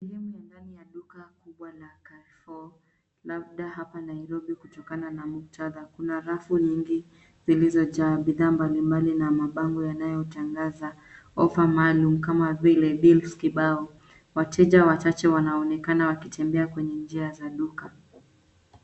Sehemu ya ndani ya duka kubwa la CarreFour , labda hapa Nairobi kutokana na muktadha. Kuna rafu nyingi zilizojaa bidhaa mbali mbali na mabango yanayotangaza ofa maalum kama vile deals kibao. Wateja wachache wanaonekana wakitembea kwenye njia za duka.